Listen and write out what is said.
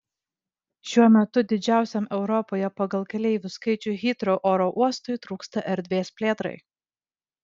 šiuo metu didžiausiam europoje pagal keleivių skaičių hitrou oro uostui trūksta erdvės plėtrai